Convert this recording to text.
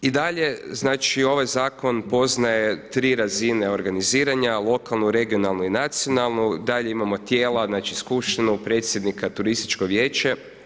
I dalje znači ovaj Zakon poznaje tri razine organiziranja, lokalnu, regionalnu i nacionalnu, dalje imamo tijela, znači skupštinu, predsjednika, turističko vijeće.